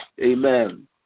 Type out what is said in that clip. Amen